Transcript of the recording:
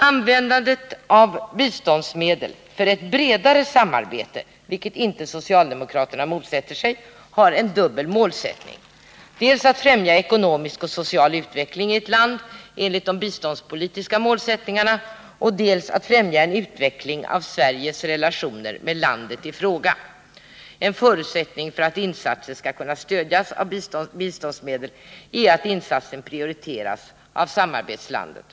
Användandet av biståndsmedel för ett bredare samarbete, vilket socialdemokraterna inte motsätter sig, har en dubbel målsättning: dels att främja ekonomisk och social utveckling i ett land enligt de biståndspolitiska målsättningarna, dels att främja en utveckling av Sveriges relationer med landet i fråga. En förutsättning för att insatser skall kunna stödjas av biståndsmedel är att insatsen prioriteras av samarbetslandet.